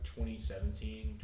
2017